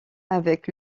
avec